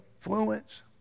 influence